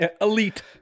Elite